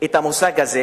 את המושג הזה,